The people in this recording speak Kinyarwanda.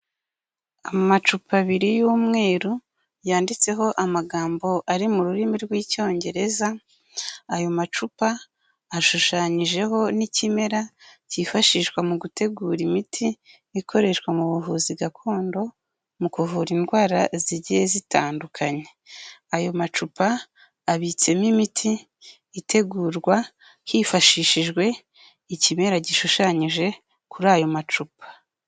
Amacupa abiri y'umweru yanditseho amagambo ari mu rurimi rw'icyongereza, ayo macupa ashushanyijeho n'ikimera cyifashishwa mu gutegura imiti ikoreshwa mu buvuzi gakondo, mu kuvura indwara zigiye zitandukanye, ayo macupa abitsemo imiti itegurwa hifashishijwe ikimera gishushanyije kuri ayo macupa.